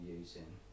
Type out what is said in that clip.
using